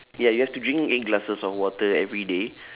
ya you have to drink eight glasses of water every day